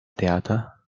theater